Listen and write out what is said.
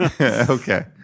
Okay